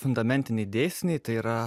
fundamentiniai dėsniai tai yra